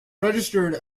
registered